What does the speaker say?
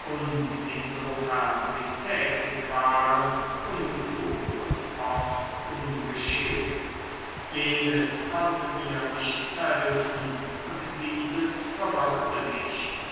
und insofern sie tätig waren unklug und oft ungeschickt jenes konnte mir nichts helfen und dieses verwirrte mich